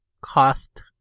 cost